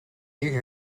нэг